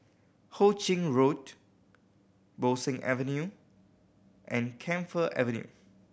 Ho Ching Road Bo Seng Avenue and Camphor Avenue